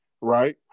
right